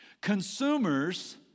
Consumers